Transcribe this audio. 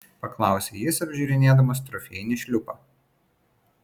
paklausė jis apžiūrinėdamas trofėjinį šliupą